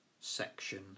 section